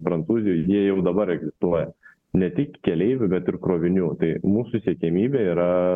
prancūzijoj jie jau dabar egzistuoja ne tik keleivių bet ir krovinių tai mūsų siekiamybė yra